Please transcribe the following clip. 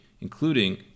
including